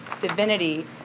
divinity